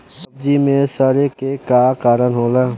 सब्जी में सड़े के का कारण होला?